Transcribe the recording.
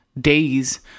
days